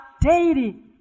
daily